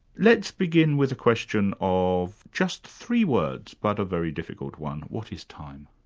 let's begin with a question of just three words, but a very difficult one what is time?